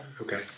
Okay